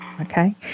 Okay